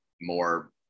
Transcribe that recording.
more